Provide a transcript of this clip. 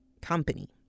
company